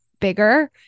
bigger